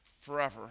forever